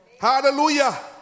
Hallelujah